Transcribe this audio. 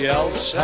else